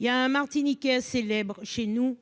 Il y a un Martiniquais célèbres chez nous